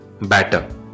batter